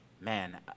man